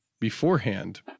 beforehand